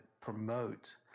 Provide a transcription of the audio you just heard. promote